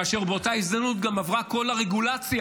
כאשר באותה הזדמנות גם עברה כל הרגולציה,